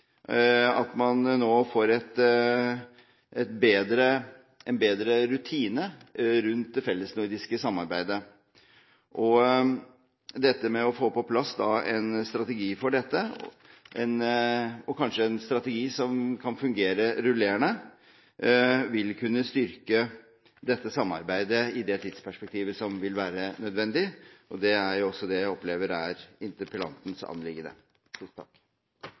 at man nå får en bedre rutine rundt det fellesnordiske samarbeidet. Det å få på plass en strategi for dette – og kanskje en strategi som kan fungere rullerende – vil kunne styrke dette samarbeidet i det tidsperspektivet som vil være nødvendig. Det er jo også det jeg opplever er interpellantens anliggende.